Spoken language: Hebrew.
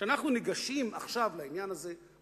כשאנחנו ניגשים עכשיו לעניין הזה,